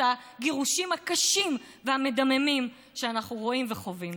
הגירושין הקשים והמדממים שאנחנו רואים וחווים.